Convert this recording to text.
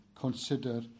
consider